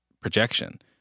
projection